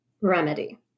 remedy